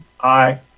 Aye